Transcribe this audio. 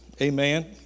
Amen